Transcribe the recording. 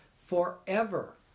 forever